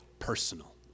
personal